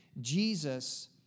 Jesus